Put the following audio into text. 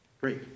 Great